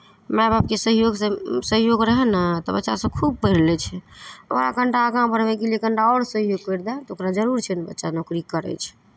माय बापके सहयोगसँ सहयोग रहय ने तऽ बच्चासभ खूब पढ़ि लै छै ओकरा कनिटा आगाँ बढ़बैके लिए कनिटा आओर सही एक बेर दए तऽ ओकरा जरूर छै बच्चा नौकरी करै छै